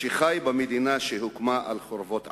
שחי במדינה שהוקמה על חורבות עמו.